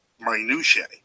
minutiae